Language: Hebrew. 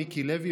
מיקי לוי,